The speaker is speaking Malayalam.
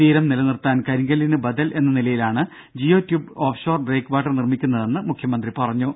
തീരം നിലനിർത്താൻ കരിങ്കല്ലിനു ബദൽ എന്ന നിലയിലാണ് geo tube offshore breakwater നിർമിക്കുന്നതെന്ന് മുഖ്യമന്ത്രി പറഞ്ഞു